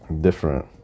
different